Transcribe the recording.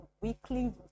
weekly